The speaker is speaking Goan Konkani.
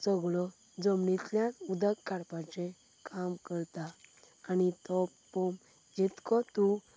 सगळो जमनिंतल्यान उदक काडपाचें काम करता आनी तो पंप जितको तूं